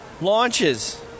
launches